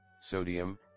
sodium